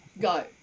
go